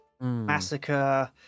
Massacre